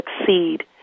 succeed